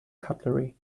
cutlery